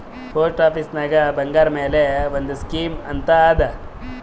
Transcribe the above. post ಆಫೀಸ್ನಾಗ್ ಬಂಗಾರ್ ಮ್ಯಾಲ ಒಂದ್ ಸ್ಕೀಮ್ ಅಂತ್ ಅದಾ